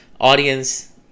audience